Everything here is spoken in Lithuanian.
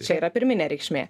čia yra pirminė reikšmė